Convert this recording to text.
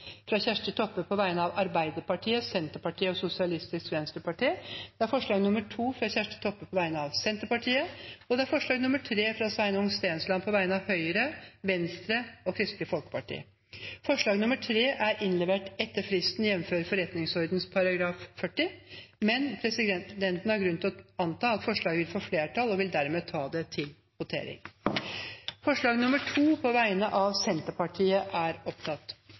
fra Kjersti Toppe på vegne av Arbeiderpartiet, Senterpartiet og Sosialistisk Venstreparti forslag nr. 2, fra Kjersti Toppe på vegne av Senterpartiet forslag nr. 3, fra Sveinung Stensland på vegne av Høyre, Venstre og Kristelig Folkeparti Forslag nr. 3 er innlevert etter fristen, jf. forretningsordenens § 40, men presidenten har grunn til å anta at forslaget vil få flertall, og vil dermed ta det til votering. Det voteres over forslag nr. 2, fra Senterpartiet.